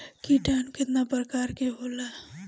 किटानु केतना प्रकार के होला?